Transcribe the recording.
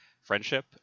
friendship